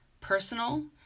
personal